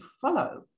follow